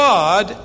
God